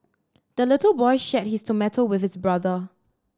the little boy shared his tomato with his brother